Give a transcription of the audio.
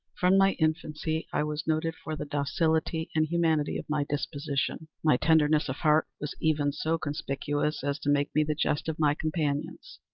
from my infancy i was noted for the docility and humanity of my disposition. my tenderness of heart was even so conspicuous as to make me the jest of my companions.